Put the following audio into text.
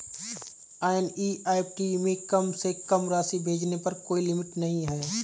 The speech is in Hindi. एन.ई.एफ.टी में कम से कम राशि भेजने पर कोई लिमिट नहीं है